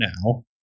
now